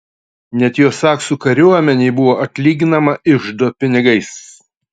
net jo saksų kariuomenei buvo atlyginama iždo pinigais